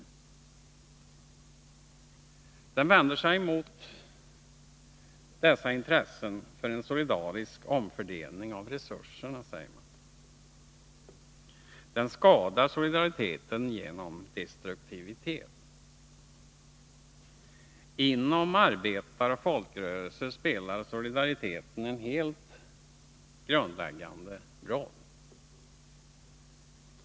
Verksamheten vänder sig mot folkflertalets intresse för en solidarisk omfördelning av resurserna, och den skadar solidariteten genom destruktivitet. Inom arbetaroch folkrörelser spelar solidariteten en helt avgörande roll.